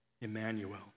Emmanuel